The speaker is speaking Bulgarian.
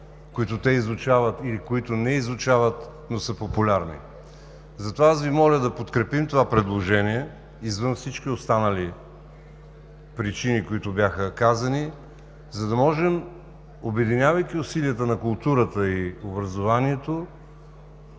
които те изучават или които не изучават, но са популярни. Затова аз Ви моля да подкрепим това предложение, извън всички останали причини, които бяха казани, за да можем обединявайки усилията на културата и образованието,